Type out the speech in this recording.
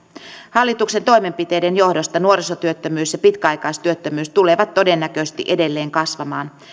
hallituksen toimenpiteiden johdosta nuorisotyöttömyys ja pitkäaikaistyöttömyys tulevat todennäköisesti edelleen kasvamaan